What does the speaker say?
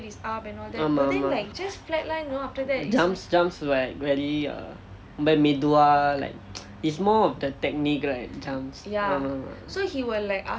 ஆமாம் ஆமாம்:aamaam aamaam jumps jumps like very err ரொம்ப மெதுவா:romba maethuvaa like it's more of the technique right jumps